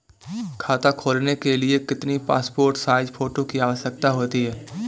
खाता खोलना के लिए कितनी पासपोर्ट साइज फोटो की आवश्यकता होती है?